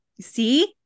see